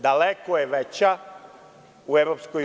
Daleko je veća u EU.